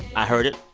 i heard it.